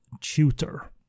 tutor